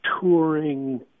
touring